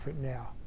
now